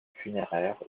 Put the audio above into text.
funéraire